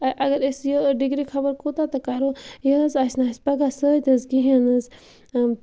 اگر أسۍ یہِ ڈگری خَبر کوٗتاہ تہٕ کَرو یہِ حظ آسہِ نہٕ اَسہِ پگاہ سۭتۍ حظ کِہیٖنۍ حظ